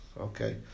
Okay